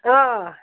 آ